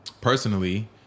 personally